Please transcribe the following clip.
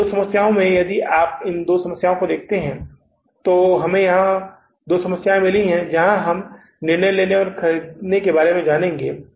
अन्य दो समस्याओं में यदि आप इन दो समस्याओं को देखते हैं तो हमें यहाँ कुछ दो समस्याएं मिली हैं जहाँ हम निर्णय लेने या खरीदने के बारे में जानेंगे